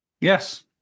Yes